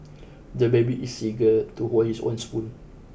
the baby is eager to hold his own spoon